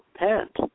repent